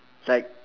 like